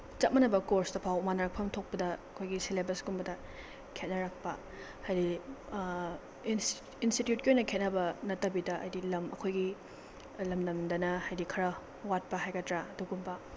ꯆꯞ ꯃꯥꯟꯅꯕ ꯀꯣꯔꯁꯇ ꯐꯥꯎ ꯃꯥꯟꯅꯔꯛꯐꯝ ꯊꯣꯛꯄꯗ ꯑꯩꯈꯣꯏꯒꯤ ꯁꯦꯂꯦꯕꯁ ꯀꯨꯝꯕꯗ ꯈꯦꯠꯅꯔꯛꯄ ꯍꯥꯏꯗꯤ ꯏꯟꯁꯇꯤꯇ꯭ꯌꯨꯠꯀꯤ ꯑꯣꯏꯅ ꯈꯦꯠꯅꯕ ꯅꯠꯇꯕꯤꯗ ꯍꯥꯏꯗꯤ ꯂꯝ ꯑꯩꯈꯣꯏꯒꯤ ꯂꯝ ꯂꯝꯗꯅ ꯍꯥꯏꯗꯤ ꯈꯔ ꯋꯥꯠꯄ ꯍꯥꯏꯒꯗ꯭ꯔꯥ ꯑꯗꯨꯒꯨꯝꯕ